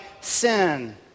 sin